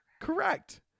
Correct